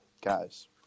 guys